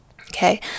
Okay